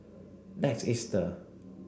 next Easter